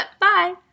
Bye